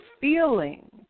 feeling